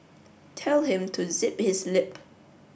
tell him to zip his lip